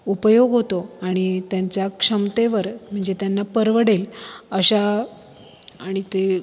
उपयोग होतो आणि त्यांच्या क्षमतेवर म्हणजे त्यांना परवडेल अशा आणि ते